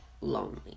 lonely